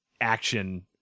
action